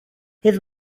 his